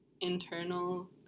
internal